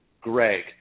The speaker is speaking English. Greg